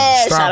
Stop